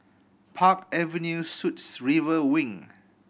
Park Avenue Suites River Wing